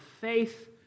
faith